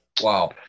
Wow